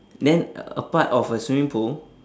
then a part of a swimming pool